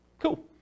Cool